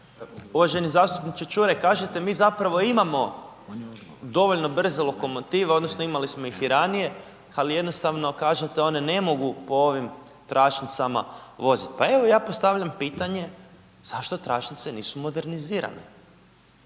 Uvaženi zastupniče Čuraj, kažete mi zapravo imamo dovoljno brze lokomotive odnosno imali smo ih i ranije, ali jednostavno kažete one ne mogu po ovim tračnicama vozit, pa evo ja postavljam pitanje, zašto tračnice nisu modernizirane?